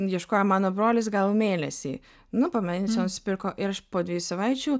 ieškojo mano brolis gal mėnesį nu po mėnesio nusipirko ir aš po dviejų savaičių